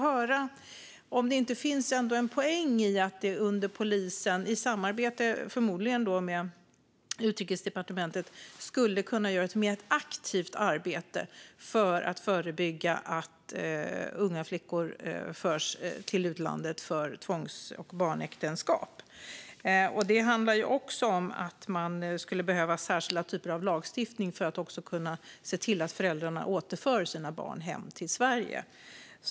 Finns det inte en poäng med att polisen i samarbete med Utrikesdepartementet skulle kunna göra ett mer aktivt arbete för att förebygga att unga flickor förs till utlandet för tvångs och barnäktenskap? Man skulle i så fall behöva en särskild lagstiftning så att man kan se till att föräldrarna återför sina barn hem till Sverige.